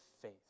faith